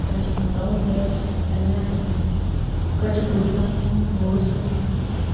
बैष्णो माता ते पैहलें ते घट्ट स्हूलितां हियां हून मतियां न